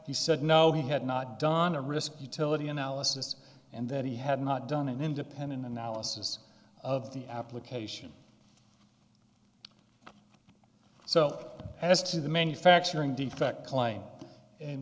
he said no he had not done a risk utility analysis and that he had not done an independent analysis of the application so as to the manufacturing defect claim